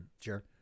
Sure